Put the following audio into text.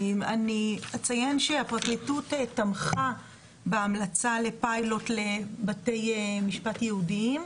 אני אציין שהפרקליטות תמכה בהמלצה לפיילוט לבתי משפט ייעודיים,